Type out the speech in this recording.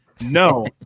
No